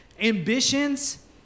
ambitions